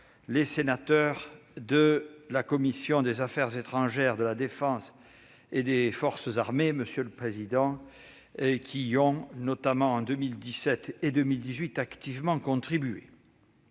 les sénateurs de la commission des affaires étrangères, de la défense et des forces armées du Sénat qui y ont, notamment en 2017 et 2018, activement contribué.